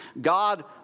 God